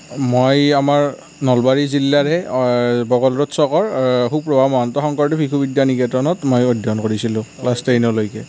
মই আমাৰ নলবাৰী জিলাৰে বকলৰোড চকৰ সুপ্ৰভা মহন্ত শংকৰদেৱ শিশু বিদ্যা নিকেতনত মই অধ্যয়ন কৰিছিলোঁ ক্লাছ টেনলৈকে